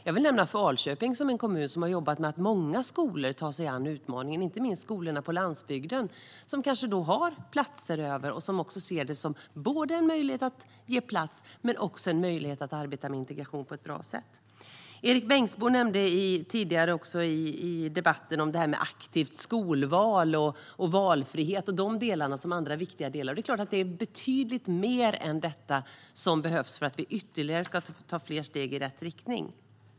Jag vill nämna Falköping som en kommun där många skolor tar sig an utmaningen. Detta gäller inte minst skolorna på landsbygden, som kanske har platser över och som också ser det både som en möjlighet att ge plats och som en möjlighet att arbeta med integration på ett bra sätt. Erik Bengtzboe talade tidigare i debatten om aktivt skolval och valfrihet som viktiga delar. Naturligtvis behövs betydligt mer än detta för att vi ska kunna ta fler steg i rätt riktning.